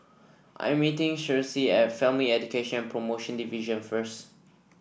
I am meeting Cicely at Family Education Promotion Division first